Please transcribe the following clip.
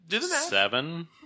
Seven